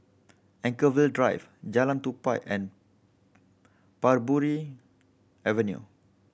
Anchorvale Drive Jalan Tupai and Parbury Avenue